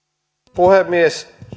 puhemies